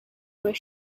where